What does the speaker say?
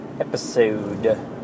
episode